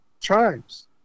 tribes